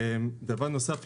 דבר נוסף,